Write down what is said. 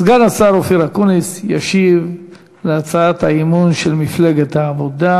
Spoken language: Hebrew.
סגן השר אופיר אקוניס ישיב על הצעת האי-אמון של מפלגת העבודה,